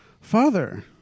Father